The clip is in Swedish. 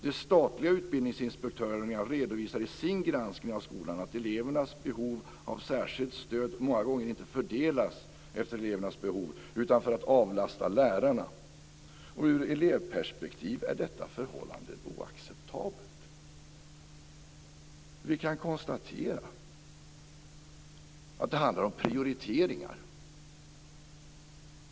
De statliga utbildningsinspektörerna redovisar i sin granskning av skolan att elevernas behov av särskilt stöd många gånger inte fördelas efter elevernas behov utan för att avlasta lärarna. Ur elevperspektiv är detta förhållande oacceptabelt. Vi kan konstatera att det handlar om prioriteringar.